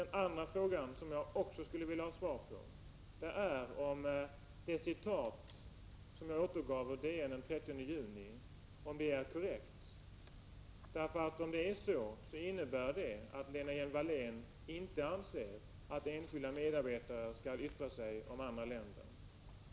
Den andra frågan, som jag också skulle vilja ha svar på, är om det citat jag återgav ur DN den 30 juni är korrekt. Om det är så, innebär det att Lena Hjelm-Wallén inte anser att enskilda medarbetare skall yttra sig om andra länder.